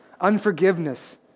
Unforgiveness